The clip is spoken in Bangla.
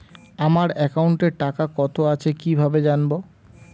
আমার একাউন্টে টাকা কত আছে কি ভাবে জানবো?